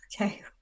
okay